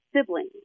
siblings